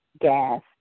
gas